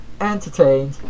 entertained